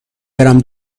برم